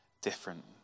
different